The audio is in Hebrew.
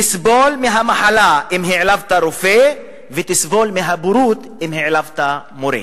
תסבול מהמחלה אם העלבת רופא ותסבול מהבורות אם העלבת מורה.